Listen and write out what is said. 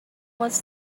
was